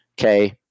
okay